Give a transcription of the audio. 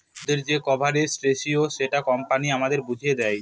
সুদের যে coverage ratio সেটা কোম্পানি আমাদের বুঝিয়ে দেয়